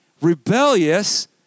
rebellious